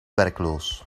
werkloos